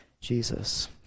Jesus